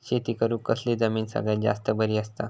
शेती करुक कसली जमीन सगळ्यात जास्त बरी असता?